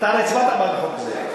אתה הרי הצבעת בעד החוק הזה,